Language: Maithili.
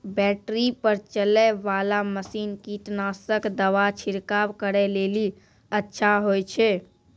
बैटरी पर चलै वाला मसीन कीटनासक दवा छिड़काव करै लेली अच्छा होय छै?